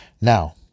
Now